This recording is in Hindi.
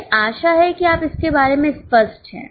मुझे आशा है कि आप इसके बारे में स्पष्ट हैं